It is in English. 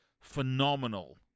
phenomenal